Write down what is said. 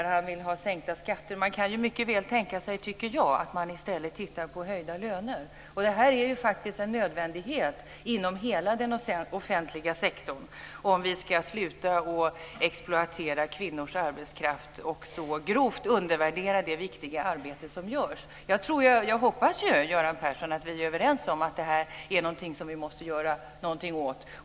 Han vill där ha sänkta skatter. Man kan mycket väl tänka sig att man i stället tittar på höjda löner. Det är en nödvändighet inom hela den offentliga sektorn om vi ska sluta att exploatera kvinnors arbetskraft och så grovt undervärdera det viktiga arbete som görs. Jag hoppas att vi är överens om, Göran Persson, att det är något som vi å det snaraste måste göra någonting åt.